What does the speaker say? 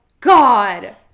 god